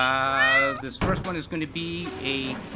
ah this first one is gonna be a,